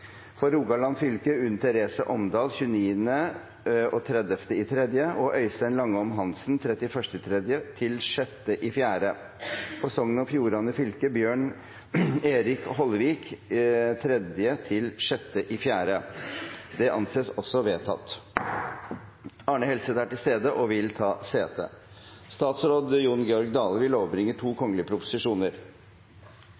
For Rogaland fylke: Unn Therese Omdal 29.–30. mars, og Øystein Langholm Hansen 31. mars til 6. april For Sogn og Fjordane fylke: Bjørn Erik Hollevik 3.–6. april Are Helseth er til stede og vil ta sete. Presidenten vil foreslå at det velges en settepresident for Stortingets møte i dag – og anser det som vedtatt. Presidenten vil